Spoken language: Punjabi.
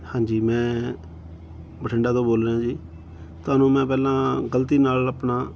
ਹਾਂਜੀ ਮੈਂ ਬਠਿੰਡਾ ਤੋਂ ਬੋਲ ਰਿਹਾ ਜੀ ਤੁਹਾਨੂੰ ਮੈਂ ਪਹਿਲਾਂ ਗਲਤੀ ਨਾਲ ਆਪਣਾ